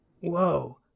Whoa